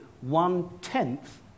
one-tenth